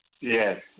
Yes